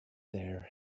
there